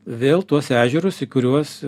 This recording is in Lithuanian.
vėl tuos ežerus į kuriuos